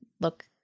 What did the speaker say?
look-